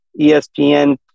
ESPN